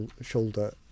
shoulder